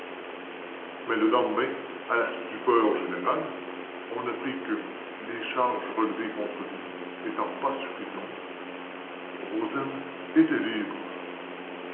mais le lendemain à la stupeur générale on apprit que les charges relevées contre lui n'étant pas suffisantes rozaine était libre